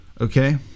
okay